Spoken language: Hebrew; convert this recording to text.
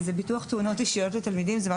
זה ביטוח תאונות אישיות לתלמידים,